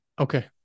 okay